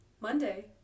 Monday